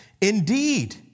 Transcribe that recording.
Indeed